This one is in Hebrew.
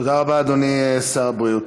תודה רבה, אדוני שר הבריאות.